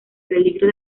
peligro